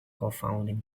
confounded